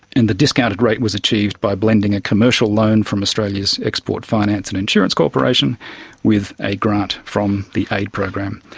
and the discounted rate was achieved by blending a commercial loan from australia's export finance and insurance corporation with a grant from the aid program.